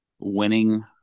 Winning